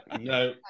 no